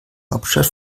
hauptstadt